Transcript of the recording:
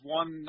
one